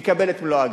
יקבל את מלוא ההגנה.